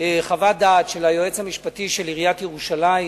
חוות דעת של היועץ המשפטי של עיריית ירושלים